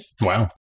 Wow